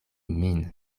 min